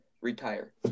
retire